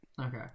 okay